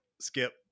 skip